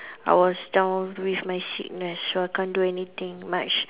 I was down with my sickness so I can't do anything much